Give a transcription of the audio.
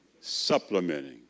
Supplementing